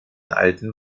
alten